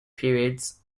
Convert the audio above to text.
periods